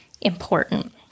important